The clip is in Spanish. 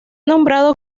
nombrado